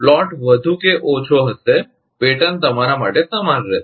ચિત્રપ્લોટ વધુ કે ઓછા હશે પેટર્ન તમારા માટે સમાન રહેશે